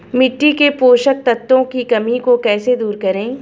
मिट्टी के पोषक तत्वों की कमी को कैसे दूर करें?